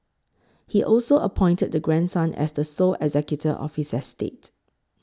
he also appointed the grandson as the sole executor of his estate